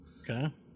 Okay